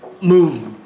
move